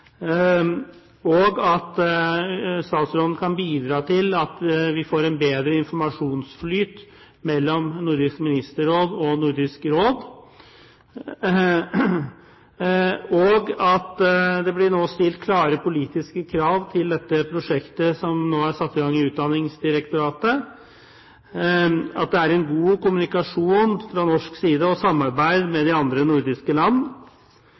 og at statsråden kan bidra til at vi får en bedre informasjonsflyt mellom Nordisk Ministerråd og Nordisk Råd. Og jeg håper at det blir stilt klare politiske krav til dette prosjektet som nå er satt i gang i Utdanningsdirektoratet, at det er en god kommunikasjon fra norsk side og samarbeid med de andre nordiske land,